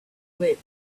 whip